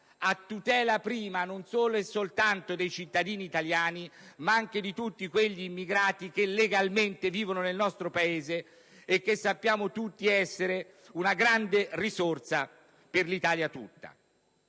a tutela prima non solo e soltanto dei cittadini italiani ma anche di tutti quegli immigrati che legalmente vivono nel nostro Paese e che sappiamo essere una grande risorsa per l'Italia tutta.